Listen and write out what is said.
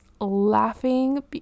laughing